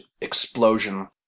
explosion